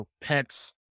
pets